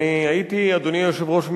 אדוני היושב-ראש,